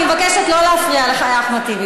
אני מבקשת שלא להפריע לאחמד טיבי.